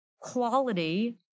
quality